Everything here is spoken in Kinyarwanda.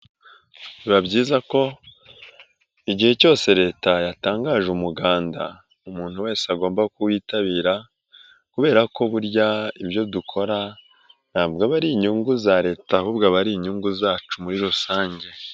Biba byiza ko igihe cyose leta yatangaje umuganda umuntu wese agomba kuwitabira kubera ko burya ibyo dukora ntabwo aba ari inyungu za leta ahubwo aba ari inyungu zacu muri rusange.